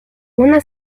una